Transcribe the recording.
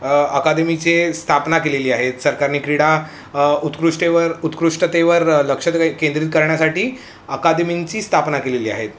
अ अकादमीची स्थापना केलेली आहेत सरकारने क्रीडा उत्कृष्टेवर उत्कृष्टतेवर लक्ष केंद्रित करण्यासाठी अकादमींची स्थापना केलेली आहेत